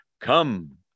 come